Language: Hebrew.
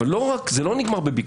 אבל זה לא נגמר בביקורת.